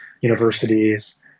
universities